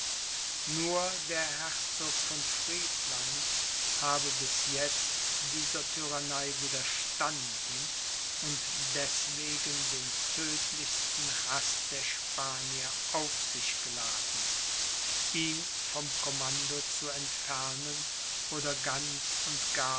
nur der herzog von friedland habe bis jetzt dieser tyrannei widerstanden und deßwegen den tödtlichsten haß der spanier auf sich geladen ihn vom commando zu entfernen oder ganz und